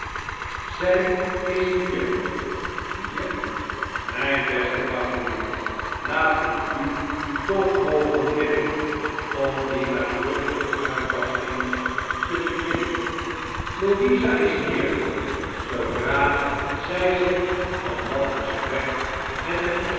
zij is hier hier mijn beste bounderby laat ik u toon mogen bidden om die luidruchtige uitbarstingen te bedwingen louisa is hier zoodra zij zich van dat gesprek met den